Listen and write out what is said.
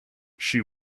she